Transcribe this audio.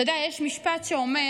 אתה יודע, יש משפט שאומר